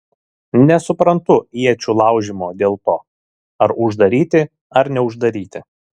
nesuprantu iečių laužymo dėl to ar uždaryti ar neuždaryti